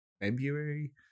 february